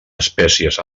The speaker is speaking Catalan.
espècies